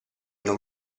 non